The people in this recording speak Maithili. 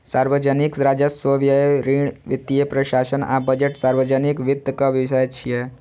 सार्वजनिक राजस्व, व्यय, ऋण, वित्तीय प्रशासन आ बजट सार्वजनिक वित्तक विषय छियै